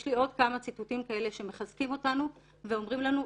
יש לי עוד כמה ציטוטים כאלה שמחזקים אותנו ואומרים לנו,